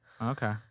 Okay